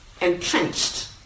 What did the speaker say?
entrenched